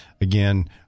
again